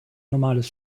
normales